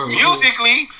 musically